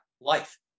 life